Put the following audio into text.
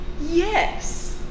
yes